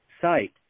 site